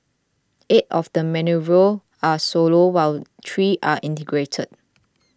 eight of the manoeuvres are solo while three are integrated